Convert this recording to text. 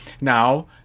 Now